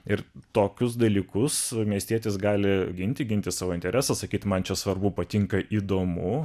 ir tokius dalykus miestietis gali ginti ginti savo interesą sakyti man čia svarbu patinka įdomu